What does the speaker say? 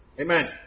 amen